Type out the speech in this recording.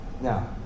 Now